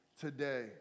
today